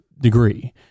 degree